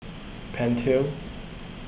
Pentel